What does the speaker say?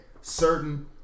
certain